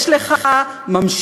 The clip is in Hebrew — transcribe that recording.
יש לך ממשיך.